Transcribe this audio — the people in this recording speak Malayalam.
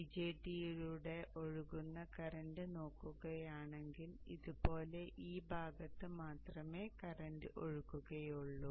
BJT യിലൂടെ ഒഴുകുന്ന കറന്റ് നോക്കുകയാണെങ്കിൽ ഇതുപോലെ ഈ ഭാഗത്ത് മാത്രമേ കറന്റ് ഒഴുകുകയുള്ളൂ